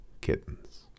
kittens